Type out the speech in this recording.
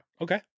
Okay